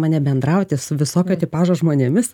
mane bendrauti su visokio tipažo žmonėmis